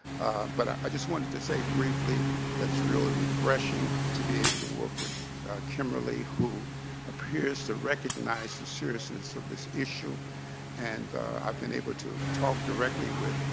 but i just wanted to say briefly that it's really refreshing to be able to work with kimberly, who appears to recognize the seriousness of this issue and i have been able to talk directly with